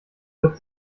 wird